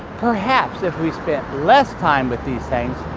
perhaps if we spent less time with these things,